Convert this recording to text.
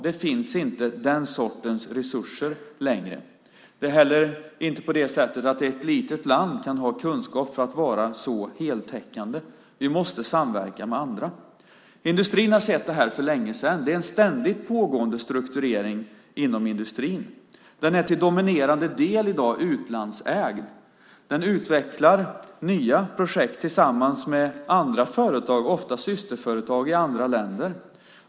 Det finns inte den sortens resurser längre. Det är heller inte på det sättet att ett litet land kan ha kunskap för att vara så heltäckande. Vi måste samverka med andra. Industrin har sett det här för länge sedan. Det är en ständigt pågående strukturering inom industrin. Den är till dominerande del i dag utlandsägd. Den utvecklar nya projekt tillsammans med andra företag, ofta systerföretag i andra länder.